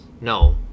No